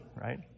right